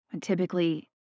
Typically